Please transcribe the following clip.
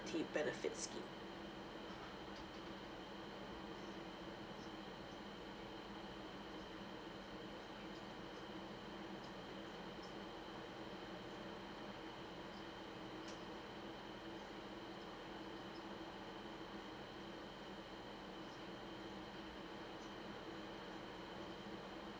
benefit scheme